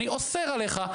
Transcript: אני אוסר עליך,